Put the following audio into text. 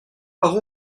par